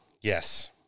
Yes